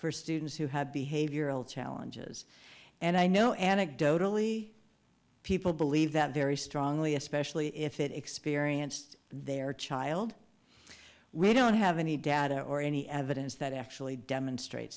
for students who have behavioral challenges and i know anecdotally people believe that very strongly especially if it experienced their child we don't have any data or any evidence that actually demonstrate